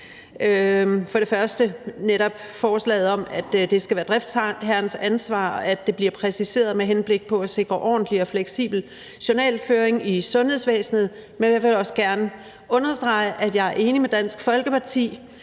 om – f.eks. netop forslaget om, at det skal være driftsherrens ansvar, at det bliver præciseret at sikre ordentlig og fleksibel journalføring i sundhedsvæsenet. Men jeg vil også gerne understrege, at jeg er enig med Dansk Folkeparti,